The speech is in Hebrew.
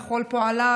על כל פועליו,